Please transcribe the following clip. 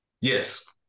Yes